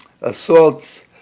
assaults